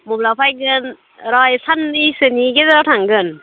मब्ला फायगोन र' साननैसोनि गेजेराव थांगोन